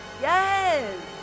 Yes